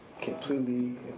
completely